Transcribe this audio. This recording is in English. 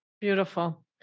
Beautiful